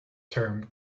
term